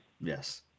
Yes